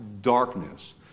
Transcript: darkness